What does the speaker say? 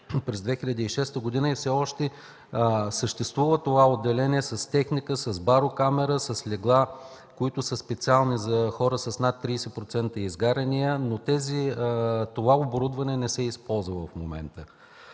през 2006 г. и то все още съществува с техника, с барокамера, с легла, които са специални за хора с над 30% изгаряния, но оборудването не се използва в момента.